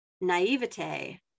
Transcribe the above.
naivete